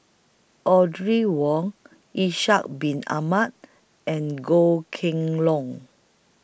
Audrey Wong Ishak Bin Ahmad and Goh Kheng Long